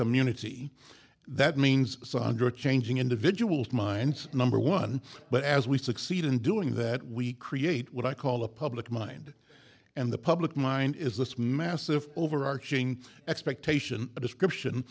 community that means sondra changing individuals minds number one but as we succeed in doing that we create what i call a public mind and the public mind is this massive overarching expectation a description